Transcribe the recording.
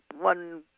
one